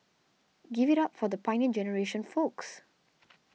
give it up for the Pioneer Generation folks